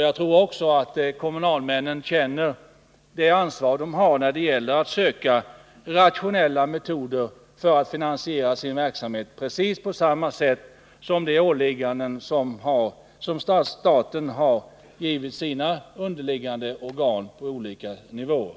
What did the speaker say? Jag tror också att kommunalmännen känner det ansvar de har när det gäller att söka rationella metoder för att finansiera sin verksamhet, precis på samma sätt som de åligganden staten har givit sina underlydande organ på olika nivåer.